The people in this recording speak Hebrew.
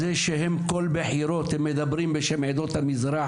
בכל מערכת בחירות הם מדברים בשם עדות המזרח